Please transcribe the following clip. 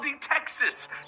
texas